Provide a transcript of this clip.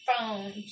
phone